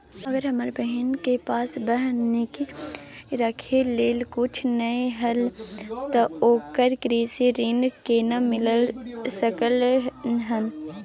अगर हमर बहिन के पास बन्हकी रखय लेल कुछ नय हय त ओकरा कृषि ऋण केना मिल सकलय हन?